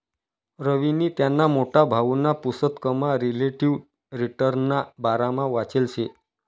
रवीनी त्याना मोठा भाऊना पुसतकमा रिलेटिव्ह रिटर्नना बारामा वाचेल शे